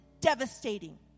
devastating